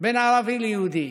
בין ערבי ליהודי.